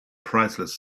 priceless